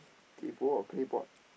kaypoh or claypot